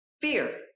fear